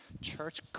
Church